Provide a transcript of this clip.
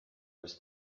was